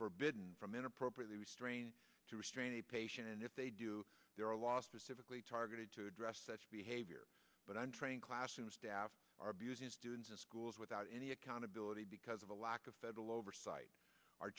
forbidden from inappropriate to restrain a patient and if they do there are laws for civically targeted to address such behavior but i'm training class and staff are abusing students in schools without any accountability because of a lack of federal oversight our